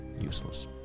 useless